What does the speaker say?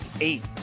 eight